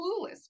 clueless